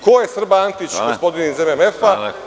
Ko je Srba Antić, gospodin iz MMF?